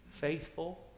faithful